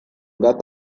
gat